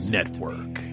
Network